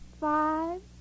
five